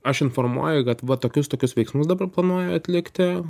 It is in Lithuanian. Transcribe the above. aš informuoju kad va tokius tokius veiksmus dabar planuoju atlikti